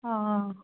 অঁ